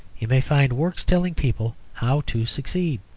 you may find works telling people how to succeed.